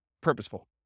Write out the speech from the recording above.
purposeful